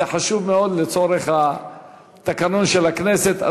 זה חשוב מאוד לצורך התקנון של הכנסת.